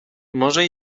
może